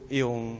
yung